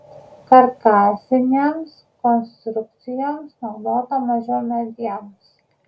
karkasinėms konstrukcijoms naudota mažiau medienos